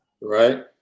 right